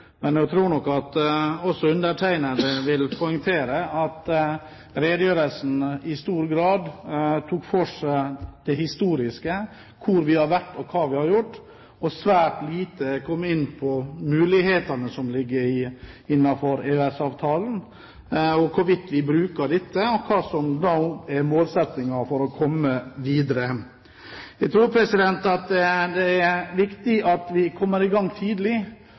men jeg vil også poengtere at han i redegjørelsen i stor grad tok for seg det historiske – hvor vi har vært, og hva vi har gjort – og svært lite kom inn på mulighetene som ligger innenfor EØS-avtalen, om hvorvidt vi bruker dem, og hva som er målsettingen for å komme videre. Jeg tror det er viktig at vi kommer i gang tidlig.